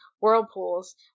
whirlpools